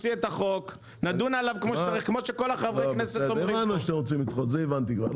לצורך העניין ולצורך ההבנה הזאת.